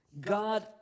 God